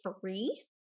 Free